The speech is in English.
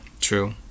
true